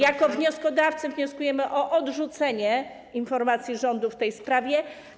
Jako wnioskodawcy wnioskujemy o odrzucenie informacji rządu w tej sprawie.